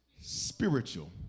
Spiritual